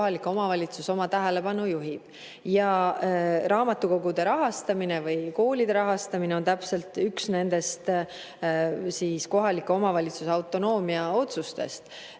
kohalik omavalitsus võiks tähelepanu pöörata. Raamatukogude rahastamine või ka koolide rahastamine on täpselt üks nendest kohaliku omavalitsuse autonoomsetest otsustest.